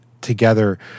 together